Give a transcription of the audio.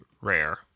rare